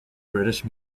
british